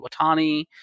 Watani